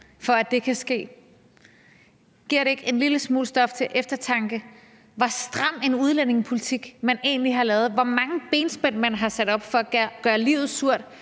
for at det kan ske. Giver det ikke en lille smule stof til eftertanke, hvor stram en udlændingepolitik man egentlig har lavet, hvor mange benspænd man har sat op for at gøre livet surt